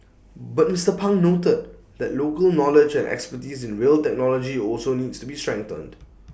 but Mister pang noted that local knowledge and expertise in rail technology also needs to be strengthened